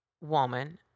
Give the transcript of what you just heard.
woman